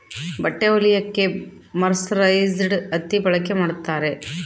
ಬಟ್ಟೆ ಹೊಲಿಯಕ್ಕೆ ಮರ್ಸರೈಸ್ಡ್ ಹತ್ತಿ ಬಳಕೆ ಮಾಡುತ್ತಾರೆ